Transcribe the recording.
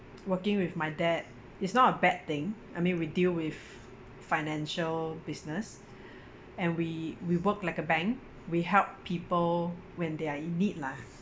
working with my dad is not a bad thing I mean we deal with financial business and we we work like a bank we help people when they are in need lah